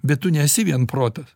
bet tu nesi vien protas